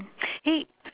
hey